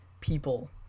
people